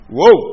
Whoa